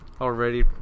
already